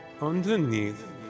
Underneath